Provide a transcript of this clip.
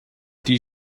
die